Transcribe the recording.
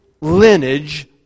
lineage